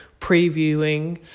previewing